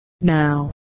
now